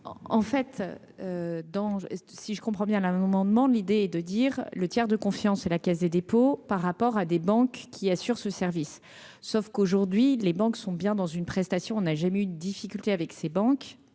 En fait, donc si je comprends bien la un amendement l'idée de dire le tiers de confiance et la Caisse des dépôts par rapport à des banques qui assure ce service, sauf qu'aujourd'hui, les banques sont bien dans une prestation, on n'a jamais eu de difficultés avec ses banques